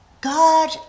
God